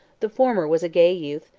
the former was a gay youth,